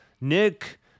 Nick